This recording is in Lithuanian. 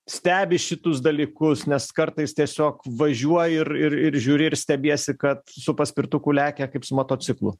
stebi šitus dalykus nes kartais tiesiog važiuoji ir ir ir žiūri ir stebiesi kad su paspirtuku lekia kaip su motociklu